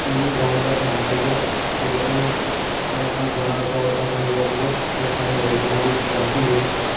ਮੈਨੂੰ ਗਾਉਣ ਦਾ ਸ਼ੌਂਕ ਸੀਗਾ ਅਤੇ ਜਦੋਂ ਮੈਂ ਆਪਣਾ ਗਾਣਾ ਰਿਕੋਡ ਕਰਨ ਗਿਆ ਸੀਗਾ ਉਸ ਟਾਈਮ ਮੇਰੇ ਕੋਲੋਂ ਵੀ ਇੱਕ ਗਲਤੀ ਹੋਈ